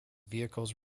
vehicles